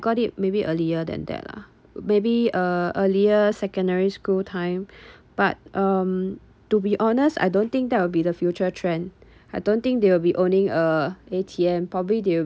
got it maybe earlier than that lah maybe uh earlier secondary school time but um to be honest I don't think that will be the future trend I don't think they will be owning uh A_T_M probably they will